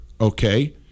okay